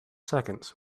seconds